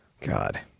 God